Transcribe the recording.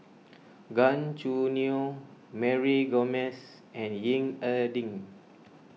Gan Choo Neo Mary Gomes and Ying E Ding